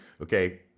okay